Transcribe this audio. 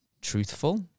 truthful